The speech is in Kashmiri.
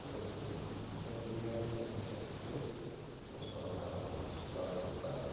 پنٛنہِ ٹی آر پی خٲطرٕ چھِ یِم بِچٲرِس تٔمِس پَکناوان اوٗرۍ وَلسہ بایا